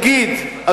נגיד,